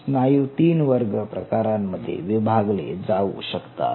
स्नायू तीन वर्ग प्रकारांमध्ये विभागले जाऊ शकतात